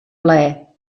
plaer